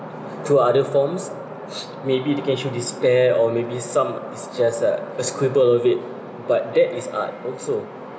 through other forms maybe they can show despair or maybe some it's just uh a scribble of it but that is art also